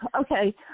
Okay